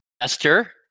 Esther